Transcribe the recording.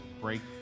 break